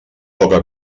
poca